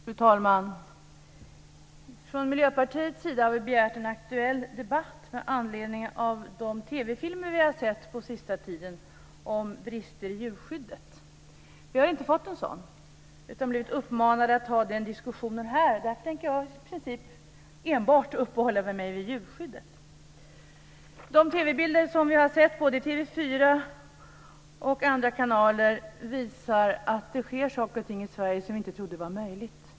Fru talman! Miljöpartiet har begärt en aktuell debatt med anledning av de TV-filmer om brister i djurskyddet vi har sett på senare tid. Vi har inte fått någon sådan debatt utan har blivit uppmanade att ta den diskussionen här. Därför tänker jag i princip enbart uppehålla mig vid djurskyddet. De TV-bilder vi sett i både TV 4 och andra kanaler visar att det sker saker i Sverige som vi inte trodde var möjligt.